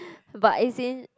but is in